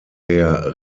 der